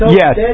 yes